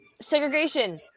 Segregation